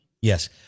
Yes